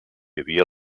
havia